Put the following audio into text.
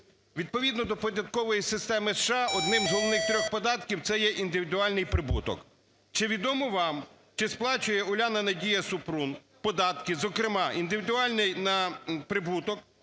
Відповідно до податкової системи США одним з головних трьох податків, це є індивідуальний прибуток. Чи відомо вам, чи сплачує Уляна-Надія Супрун податки, зокрема індивідуальний прибуток